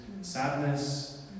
sadness